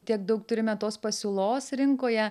tiek daug turime tos pasiūlos rinkoje